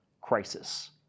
crisis